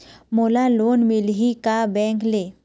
मोला लोन मिलही का बैंक ले?